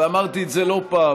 ואמרתי את זה לא פעם,